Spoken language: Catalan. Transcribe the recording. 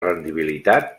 rendibilitat